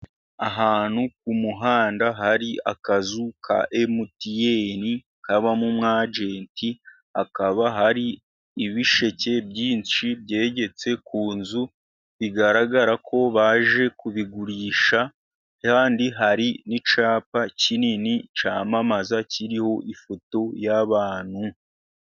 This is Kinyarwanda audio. Ahantu ku muhanda hari akazu ka mtn kabamo umu agenti. Hakaba hari ibisheke byinshi byegetse ku nzu bigaragara ko baje kubigurisha, kandi hari n'icyapa kinini cyamamaza kiriho ifoto y'abantu.